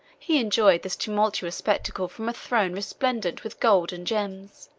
he enjoyed this tumultuous spectacle from a throne resplendent with gold and gems,